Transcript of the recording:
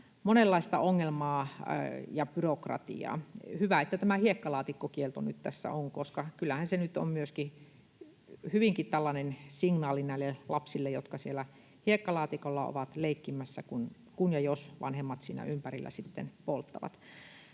monenlaista ongelmaa ja byrokratiaa. Hyvä, että tämä hiekkalaatikkokielto nyt tässä on, koska kyllähän se on myöskin hyvinkin tällainen signaali näille lapsille, jotka siellä hiekkalaatikolla ovat leikkimässä, kun ja jos vanhemmat siinä ympärillä polttavat.